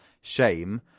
shame